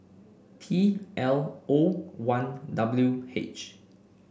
T L O one W H